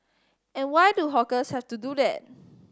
and why do hawkers have to do that